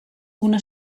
una